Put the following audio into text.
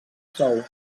sou